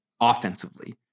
offensively